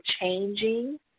changing